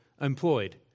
Employed